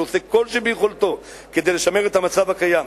שעושה כל שביכולתו כדי לשמר את המצב הקיים.